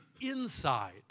inside